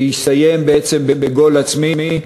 שיסתיים בעצם בגול עצמי,